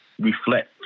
reflect